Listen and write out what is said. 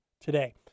today